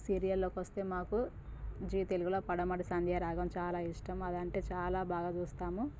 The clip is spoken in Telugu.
సీరియల్లోకి వస్తే మాకు జీ తెలుగులో పడమటి సంధ్యారాగం చాలా ఇష్టం అదంటే చాలా బాగా చూస్తాము